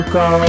go